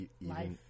life